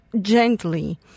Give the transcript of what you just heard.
gently